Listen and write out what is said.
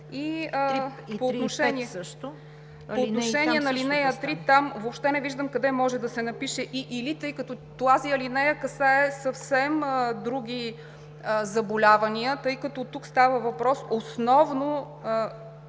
По отношение на ал. 3 там въобще не виждам къде може да се напише „и/или“, тъй като тази алинея касае съвсем други заболявания, тъй като тук става въпрос основно